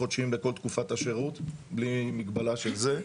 חודשיים בכל תקופת השירות בלי מגבלה של זה,